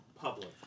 public